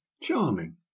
Charming